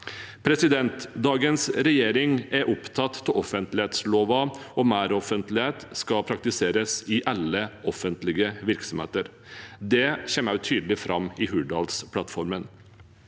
etterkant. Dagens regjering er opptatt av offentlighetsloven, og meroffentlighet skal praktiseres i alle offentlige virksomheter. Det kommer også tydelig fram i Hurdalsplattformen.